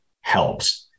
helps